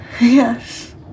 Yes